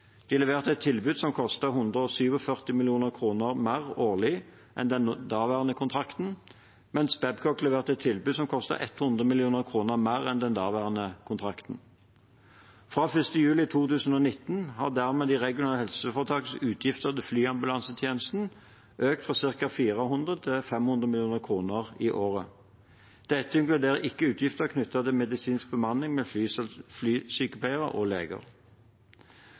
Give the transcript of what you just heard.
De leverte et tilbud som kostet 147 mill. kr mer årlig enn den daværende kontrakten, mens Babcock leverte et tilbud som kostet 100 mill. kr mer enn den daværende kontrakten. Fra 1. juli 2019 har dermed de regionale helseforetakenes utgifter til flyambulansetjenesten økt fra ca. 400 til 500 mill. kr i året. Dette inkluderer ikke utgiftene knyttet til medisinsk bemanning med flysykepleiere og